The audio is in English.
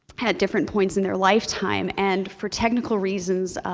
at different points in their lifetime, and for technical reasons,